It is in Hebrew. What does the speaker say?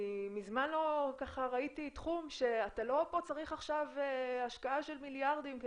אני מזמן לא ככה ראיתי תחום שאתה לא פה צריך עכשיו השקעה של מיליארדים,